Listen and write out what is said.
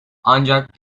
ancak